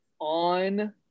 on